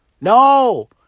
No